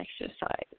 exercise